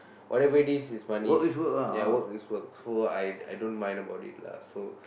whatever it is is money ya work is work so I don't I don't mind about it lah so